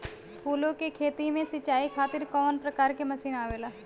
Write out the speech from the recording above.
फूलो के खेती में सीचाई खातीर कवन प्रकार के मशीन आवेला?